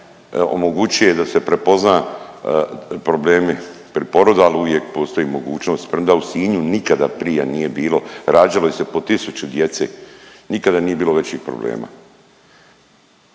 omogućuje da se prepozna problemi pri porodu ali uvijek postoji mogućnost. Premda u Sinju nikada prije nije bilo, rađalo se i po tisuću djece, nikada nije bilo većih problema.